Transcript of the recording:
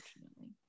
unfortunately